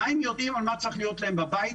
מה הם יודעים על מה צריך להיות בהם בבית,